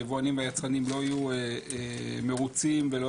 היבואנים והיצרנים לא יהיה מרוצים ולא